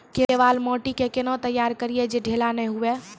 केवाल माटी के कैना तैयारी करिए जे ढेला नैय हुए?